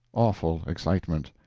awful excitement.